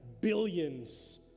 billions